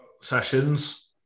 sessions